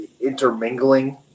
intermingling